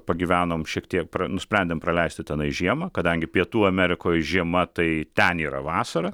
pagyvenom šiek tiek pra nusprendėm praleisti tenai žiemą kadangi pietų amerikoje žiema tai ten yra vasara